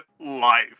life